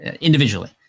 individually